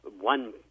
one